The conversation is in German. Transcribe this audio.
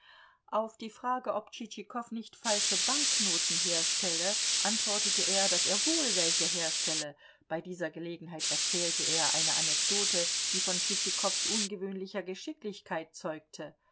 auf die frage ob tschitschikow nicht falsche banknoten herstelle antwortete er daß er wohl welche herstelle bei dieser gelegenheit erzählte er eine anekdote die von tschitschikows ungewöhnlicher geschicklichkeit zeugte